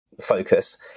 focus